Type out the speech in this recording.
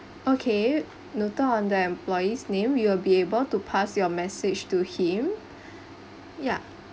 okay noted on the employee's name we will be able to pass your message to him ya